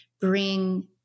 bring